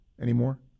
anymore